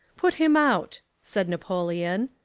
put him out, said napoleon.